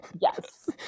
Yes